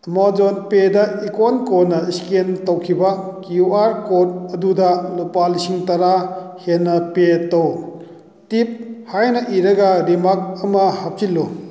Amazon ꯄꯦꯗ ꯏꯀꯣꯟ ꯀꯣꯟꯅ ꯏꯁꯀꯦꯟ ꯇꯧꯈꯤꯕ ꯀ꯭ꯌꯨ ꯑꯥꯔ ꯀꯣꯗ ꯑꯗꯨꯗ ꯂꯨꯄꯥ ꯂꯤꯁꯤꯡ ꯇꯔꯥ ꯍꯦꯟꯅ ꯄꯦ ꯇꯧ ꯇꯤꯞ ꯍꯥꯏꯅ ꯏꯔꯒ ꯔꯤꯃꯥꯛ ꯑꯃ ꯍꯥꯞꯆꯤꯜꯂꯨ